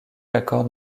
accorde